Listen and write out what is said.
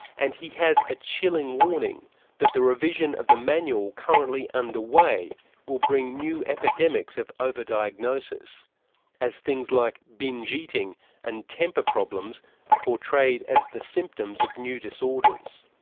and he has a chilling warning that the revision of the manual currently underway will bring new epidemics of over-diagnosis as things like binge eating and temper problems are ah portrayed as the symptoms of new disorders.